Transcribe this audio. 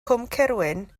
cwmcerwyn